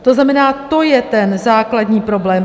To znamená, to je ten základní problém.